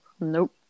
Nope